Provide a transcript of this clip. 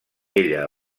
ella